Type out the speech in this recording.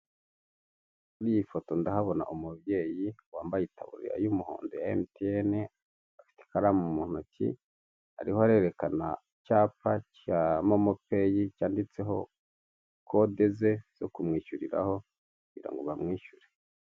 Kuri iyi foto ndahabona umubyeyi wambaye itaburiya y'umuhondo ya Emutiyene, afite ikaramu mu ntoki, ariho arerekana icyapa cya momopeyi cyanditseho code ze zo kumwishyuriraho kugira ngo bamwishyure.